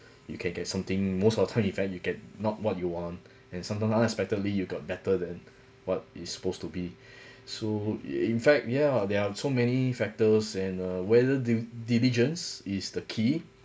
you can get something most of the time in fact you get not what you want and sometimes unexpectedly you got better than what is supposed to be so in fact yeah there are so many factors and uh whether due diligence is the key